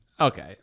Okay